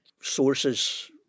sources